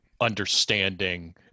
Understanding